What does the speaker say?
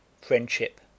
Friendship